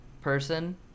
person